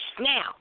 Now